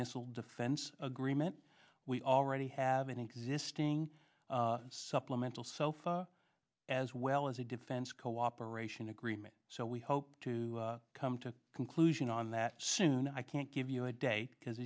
missile defense agreement we already have an existing supplemental sofa as well as a defense cooperation agreement so we hope to come to a conclusion on that soon i can't give you a day because